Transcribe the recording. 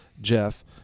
Jeff